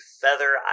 feather